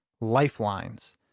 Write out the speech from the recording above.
Lifelines